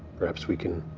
perhaps we can.